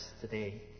today